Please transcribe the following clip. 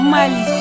Mali